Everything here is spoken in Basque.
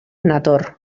nator